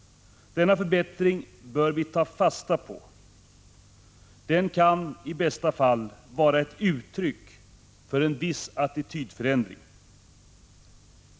Denna förbättring bör vi ta fasta på. Den kan i bästa fall vara ett uttryck för en viss attitydförändring.